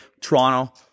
toronto